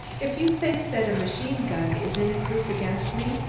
if you think that machine gun is any proof against me,